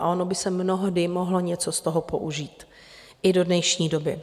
Ono by se mnohdy mohlo něco z toho použít i do dnešní doby.